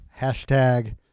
Hashtag